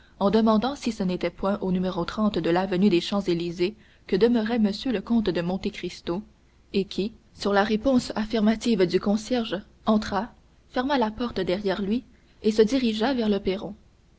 en demandant si ce n'était point au de l'avenue des champs-élysées que demeurait m le comte de monte cristo et qui sur la réponse affirmative du concierge entra ferma la porte derrière lui et se dirigea vers le perron